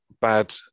bad